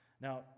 Now